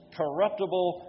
corruptible